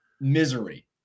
misery